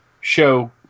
show